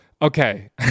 Okay